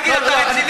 תגיד, אתה רציני?